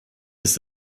ist